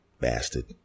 bastard